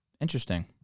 Interesting